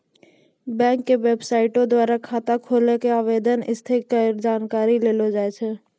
bank के बेबसाइटो द्वारा खाता खोलै के आवेदन के स्थिति के जानकारी लेलो जाय सकै छै